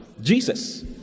Jesus